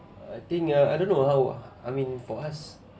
I think uh I don't know how I mean for us